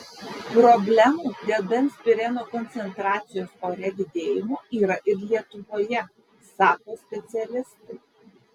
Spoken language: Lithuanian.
problemų dėl benzpireno koncentracijos ore didėjimo yra ir lietuvoje sako specialistai